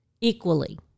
equally